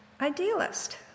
idealist